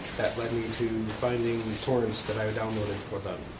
that led me to finding torrents that i would download it for them.